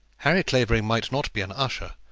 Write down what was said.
harry clavering might not be an usher,